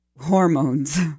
hormones